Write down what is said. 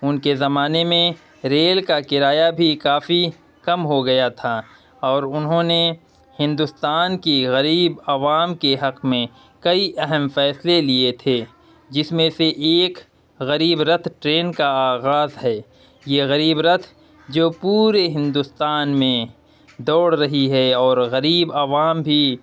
ان کے زمانے میں ریل کا کرایہ بھی کافی کم ہو گیا تھا اور انہوں نے ہندوستان کی غریب عوام کے حق میں کئی اہم فصلے لیے تھے جس میں سے ایک غریب رتھ ٹرین کا آغاز ہے یہ غریب رتھ جو پورے ہندوستان میں دوڑ رہی ہے اور غریب عوام بھی